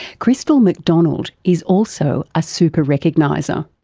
christel macdonald is also a super recogniser.